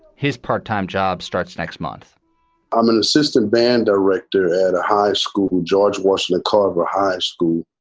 his part time job starts next month i'm an assistant band director at a high school. george washington carver high school.